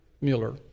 Mueller